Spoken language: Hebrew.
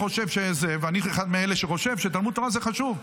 ואני אחד מאלה שחושבים שתלמוד תורה זה חשוב,